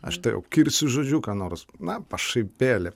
aš tave kirsiu žodžiu ką nors na pašaipėlė